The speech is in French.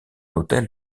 hôtel